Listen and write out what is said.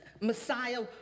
Messiah